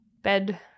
bed